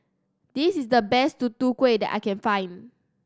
this is the best Tutu Kueh that I can find